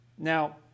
Now